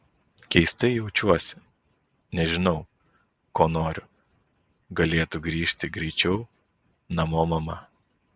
keistai jaučiuosi nežinau ko noriu galėtų grįžt greičiau namo mama